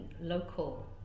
local